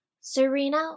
Serena